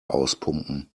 auspumpen